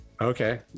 Okay